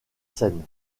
seine